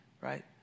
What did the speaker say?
right